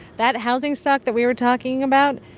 that housing stock that we were talking about?